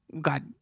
God